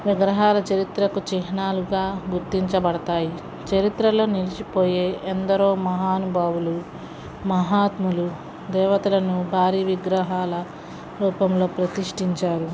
విగ్రహాలు చరిత్రకు చిహ్నలుగా గుర్తించబడతాయి చరిత్రలో నిలిచిపోయే ఎందరో మహానుభావులు మహాత్ములు దేవతలను భారీ విగ్రహాల రూపంలో ప్రతిష్టించారు